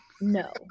No